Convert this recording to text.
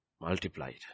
Multiplied